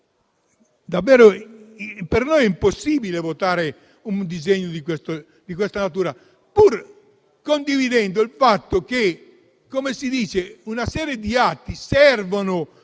Per noi è impossibile votare un disegno di questa natura, pur condividendo il fatto che una serie di atti serve per